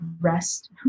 rest